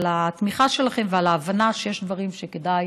על התמיכה שלכם ועל ההבנה שיש דברים שכדאי